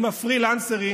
הם הפרילנסרים,